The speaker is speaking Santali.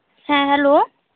ᱦᱮᱸ ᱦᱮᱞᱳ